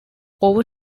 over